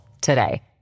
today